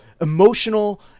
emotional